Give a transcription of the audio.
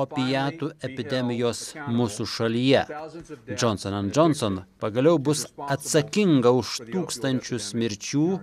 opiatų epidemijos mūsų šalyje johnson and johnson pagaliau bus atsakinga už tūkstančius mirčių